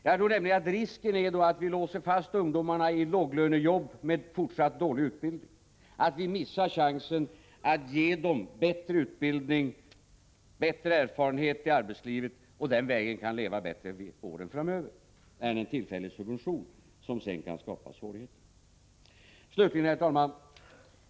Jag tror nämligen att risken är att vi låser fast ungdomar i låglönejobb, med fortsatt dålig utbildning, att vi missar chansen att ge dem bättre utbildning och bättre arbetslivserfarenhet så att de den vägen kan leva bättre åren framöver, inte genom en tillfällig subvention som sedan kan skapa svårigheter. Slutligen, herr talman!